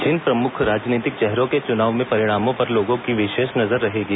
जिन प्रमुख राजनीतिक चेहरों के चुनाव में परिणामों पर लोगों की विशेष नजर रहेगी